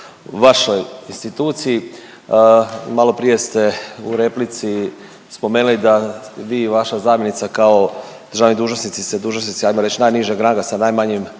u vašoj instituciji. Malo prije ste u replici spomenuli da vi i vaša zamjenica kao državni dužnosnici ste dužnosnici hajmo reći najnižeg ranga sa najmanjim